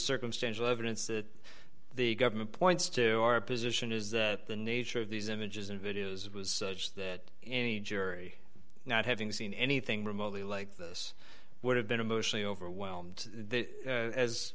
circumstantial evidence that the government points to our position is that the nature of these images and videos was such that any jury not having seen anything remotely like this would have been emotionally overwhelmed